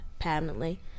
permanently